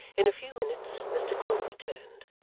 in a few minutes mr quilp returned,